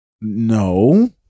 No